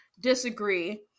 disagree